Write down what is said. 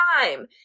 time